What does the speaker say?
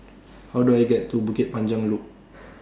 How Do I get to Bukit Panjang Loop